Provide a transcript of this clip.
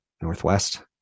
Northwest